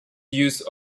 use